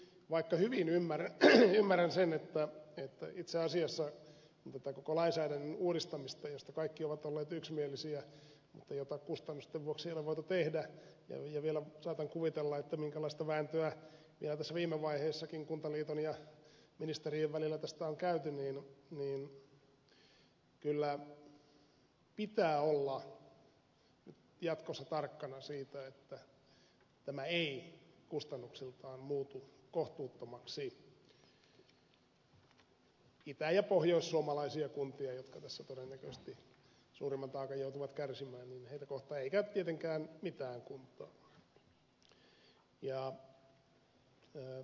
vaikka hyvin ymmärrän sen että voi itse asiassa kun koko tätä lainsäädännön uudistamista josta kaikki ovat olleet yksimielisiä mutta jota kustannusten vuoksi ei ole voitu tehdä ja saatan kuvitella minkälaista vääntöä itse asiassa vielä tässä viime vaiheessakin kuntaliiton ja ministerien välillä tästä on käyty niin kyllä pitää olla jatkossa tarkkana siitä että tämä ei kustannuksiltaan muutu kohtuuttomaksi itä ja pohjoissuomalaisia kuntia kohtaan jotka tässä todennäköisesti suurimmalta osalta joutuvat kärsimään eikä tietenkään mitään kuntaa kohtaan